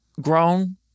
grown